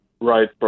right